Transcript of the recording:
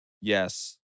Yes